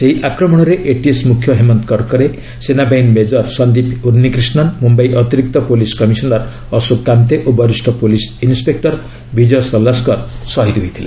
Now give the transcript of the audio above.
ସେହି ଆକ୍ରମଣରେ ଏଟିଏସ୍ ମୁଖ୍ୟ ହେମନ୍ତ କର୍କରେ ସେନାବାହିନୀ ମେଜର ସନ୍ଦିପ୍ ଉନ୍ନିକ୍ରିଷ୍ଣନ୍ ମୁମ୍ୟାଇ ଅତିରିକ୍ତ ପୁଲିସ୍ କମିଶନର୍ ଅଶୋକ କାମ୍ତେ ଓ ବରିଷ୍ଣ ପୁଲିସ୍ ଇନ୍ସେକୁର ବିଜୟ ସଲାସ୍କର ଶହୀଦ୍ ହୋଇଥିଲେ